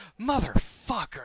Motherfucker